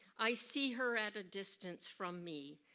i see her at a distance from me,